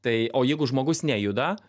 tai o jeigu žmogus nejuda